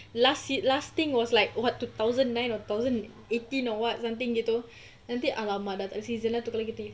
last seat last thing was like what two thousand nine or thousand eighteen or what something begitu nanti !alamak! tak tahu ada season two ke season three